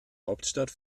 hauptstadt